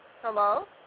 Hello